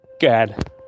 good